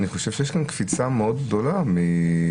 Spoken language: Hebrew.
אני חושב שיש כאן קפיצה מאוד גדולה מההצעה